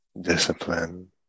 discipline